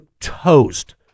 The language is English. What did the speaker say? toast